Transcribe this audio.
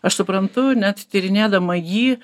aš suprantu net tyrinėdama jį